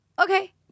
okay